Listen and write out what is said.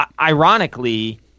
ironically